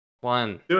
One